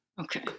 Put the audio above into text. Okay